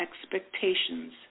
expectations